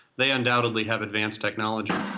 they undoubtedly have advanced technology